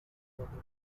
water